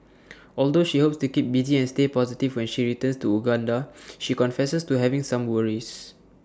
although she hopes to keep busy and stay positive when she returns to Uganda she confesses to having some worries